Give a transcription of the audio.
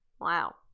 Wow